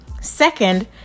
Second